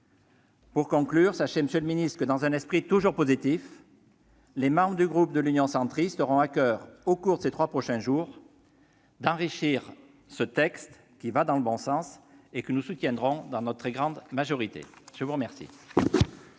Pour conclure, sachez, monsieur le ministre, que dans un esprit toujours positif les membres du groupe Union Centriste auront à coeur, au cours de ces trois prochains jours, d'enrichir ce texte qui va dans le bon sens, et qu'ils soutiendront dans leur grande majorité. La parole